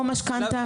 או משכנתא,